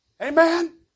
Amen